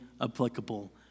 applicable